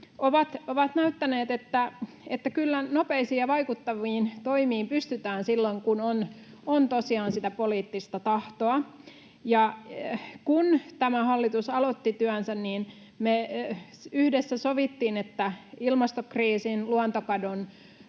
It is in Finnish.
ovat näyttäneet, että kyllä nopeisiin ja vaikuttaviin toimiin pystytään silloin, kun on tosiaan sitä poliittista tahtoa. Kun tämä hallitus aloitti työnsä, me yhdessä sovittiin, että ilmastokriisin, luontokadon